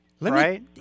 right